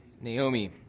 Naomi